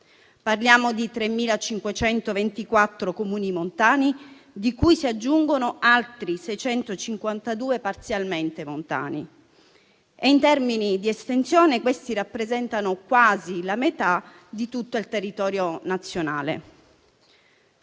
Parliamo di 3.524 Comuni montani, cui si aggiungono altri 652 parzialmente montani. In termini di estensione, questi rappresentano quasi la metà di tutto il territorio nazionale.